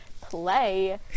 play